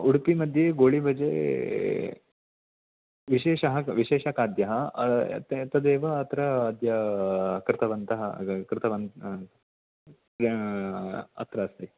उडुपि मद्ये गोळिबजे विशेषः विशेषखाद्यः तदेव अत्र अद्य कृतवन्तः अत्र अस्ति